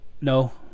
no